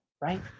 right